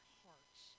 hearts